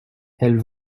elles